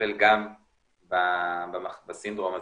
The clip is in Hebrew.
לטפל גם בסינדרום הזה.